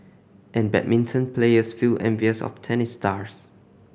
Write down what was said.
and badminton players feel envious of tennis stars